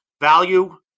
Value